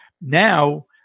now